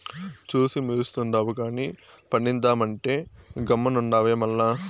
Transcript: చూసి మురుస్తుండావు గానీ పండిద్దామంటే గమ్మునుండావే మల్ల